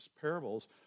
parables